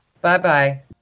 Bye-bye